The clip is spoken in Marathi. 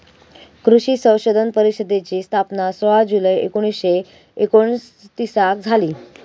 कृषी संशोधन परिषदेची स्थापना सोळा जुलै एकोणीसशे एकोणतीसाक झाली